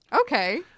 Okay